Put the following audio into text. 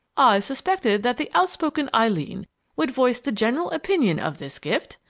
suspected that the outspoken eileen would voice the general opinion of this gift!